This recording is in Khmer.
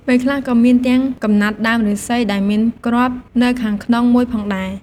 ពេលខ្លះក៏មានទាំងកំណាត់ដើមឫស្សីដែលមានគ្រាប់នៅខាងក្នុង១ផងដែរ ។